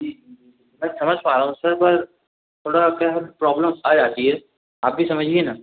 जी sir समझ पा रहा हूँ सर पर थोड़ा क्या है प्रॉब्लम आ जाती है आप भी समझिए ना